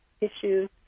issues